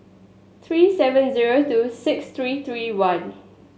three seven zero two six three three one